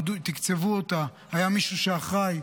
תקצבו אותה והיה מישהו שאחראי,